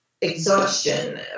Exhaustion